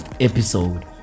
episode